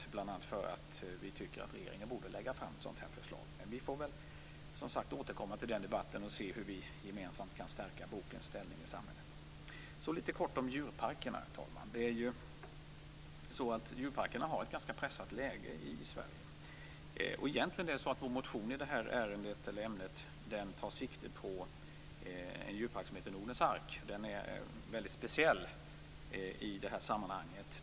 Vi tycker alltså att regeringen borde lägga fram nämnda förslag men vi får väl, som sagt, återkomma till den debatten. Sedan får vi se hur vi gemensamt kan stärka bokens ställning i samhället. Herr talman! Djurparkerna i Sverige befinner sig i ett ganska pressat läge. Egentligen tar vi i vår motion sikte på djurparken Nordens Ark, som är väldigt speciell i sammanhanget.